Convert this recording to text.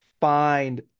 find